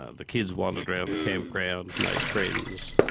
ah the kids wandered around the camp ground, made friends,